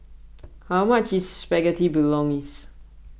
how much is Spaghetti Bolognese